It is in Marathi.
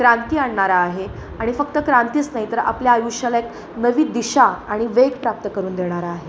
क्रांती आणणारा आहे आणि फक्त क्रांतीच नाही तर आपल्या आयुष्याला एक नवी दिशा आणि वेग प्राप्त करून देणार आहे